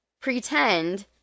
pretend